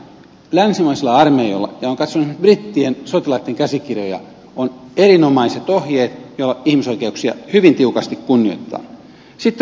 länsimaisilla armeijoilla olen katsonut esimerkiksi brittien sotilaitten käsikirjoja on erinomaiset ohjeet joilla ihmisoikeuksia hyvin tiukasti kunnioitetaan